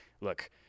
look